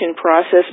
process